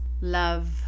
love